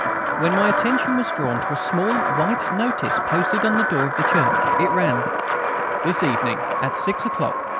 when my attention was drawn to a small white notice posted on the door of the church. it ran this evening at six o'clock,